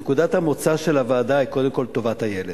שנקודת המוצא של הוועדה היא קודם כול טובת הילד.